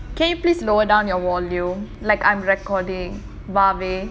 can you please lower down your volume like I'm recording babe